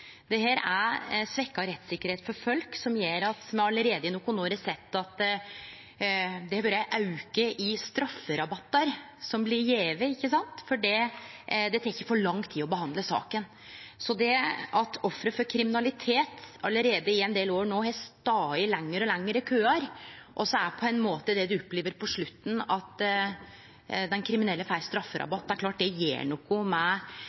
er svekt rettssikkerheit for folk og gjer at me allereie i nokre år har sett at det har vore ein auke i strafferabattar som blir gjevne fordi det tek for lang tid å behandle saka. Når offer for kriminalitet allereie i ein del år har stått i lengre og lengre køar, og så opplever ein på slutten at den kriminelle får strafferabatt, er det klart at det gjer noko med